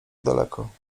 daleko